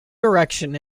direction